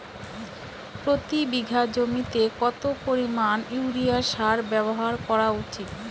প্রতি বিঘা জমিতে কত পরিমাণ ইউরিয়া সার ব্যবহার করা উচিৎ?